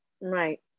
Right